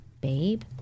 Babe